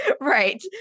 Right